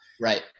Right